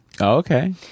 Okay